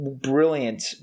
brilliant